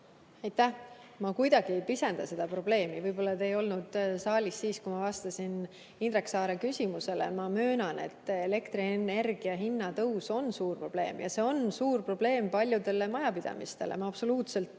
Aitäh! Ma kuidagi ei pisenda seda probleemi. Võib-olla te ei olnud saalis siis, kui ma vastasin Indrek Saare küsimusele. Ma möönan, et elektrienergia hinna tõus on suur probleem ja see on suur probleem paljudele majapidamistele. Ma absoluutselt